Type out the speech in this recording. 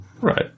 Right